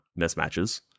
mismatches